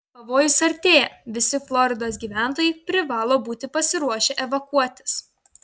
pavojus artėja visi floridos gyventojai privalo būti pasiruošę evakuotis